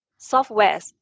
softwares